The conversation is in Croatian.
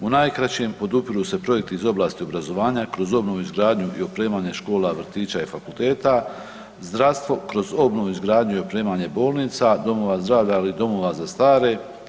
U najkraćem podupiru se projekti iz oblasti obrazovanja kroz obnovu, izgradnju i opremanje škole, vrtića i fakulteta, zdravstvo kroz obnovu, izgradnju i opremanje bolnica, domova zdravlja, ali i domova za stare.